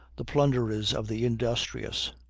the plunderers of the industrious,